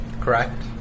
Correct